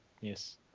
yes